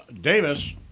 Davis